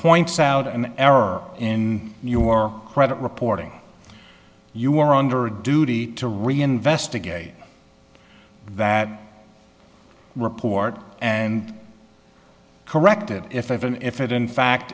points out an error in your credit reporting you were under a duty to reinvestigate that report and corrected if i even if it in fact